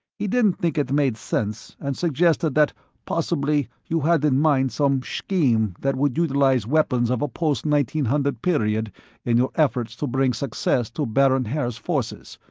he didn't think it made sense and suggested that possibly you had in mind some scheme that would utilize weapons of a post one hundred period in your efforts to bring success to baron haer's forces.